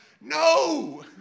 no